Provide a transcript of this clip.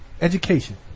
Education